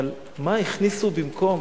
אבל מה הכניסו במקום?